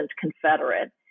Confederate